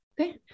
Okay